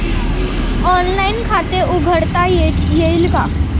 Online खाते उघडता येईल का?